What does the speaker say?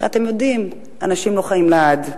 אתם יודעים, אנשים לא חיים לעד.